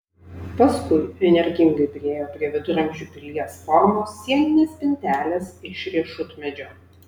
paskui energingai priėjo prie viduramžių pilies formos sieninės spintelės iš riešutmedžio